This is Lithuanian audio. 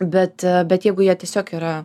bet bet jeigu jie tiesiog yra